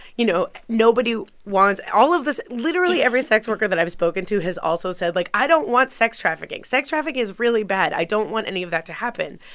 you know, nobody wants all of this literally, every sex worker that i've spoken to has also said, like, i don't want sex trafficking. sex trafficking is really bad. i don't want any of that to happen.